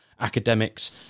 academics